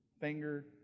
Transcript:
finger